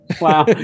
Wow